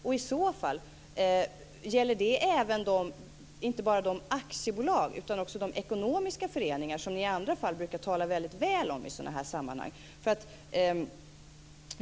Och i så fall - gäller det inte bara aktiebolag utan även de ekonomiska föreningar som ni i andra fall brukar tala så väl om i sådana här sammanhang?